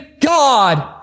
God